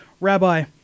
Rabbi